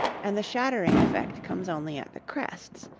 and the shattering effect comes only at the crests,